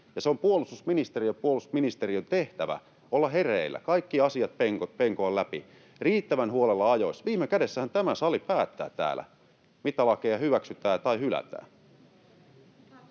ja puolustusministeriön tehtävä olla hereillä ja kaikki asiat penkoa läpi riittävän huolella ja ajoissa. Viime kädessähän tämä sali päättää täällä, mitä lakeja hyväksytään tai hylätään.